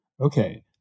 Okay